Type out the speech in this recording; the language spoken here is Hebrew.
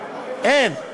אין.